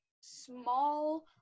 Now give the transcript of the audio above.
small